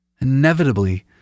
Inevitably